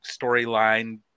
storyline